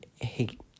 hate